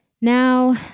Now